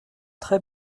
très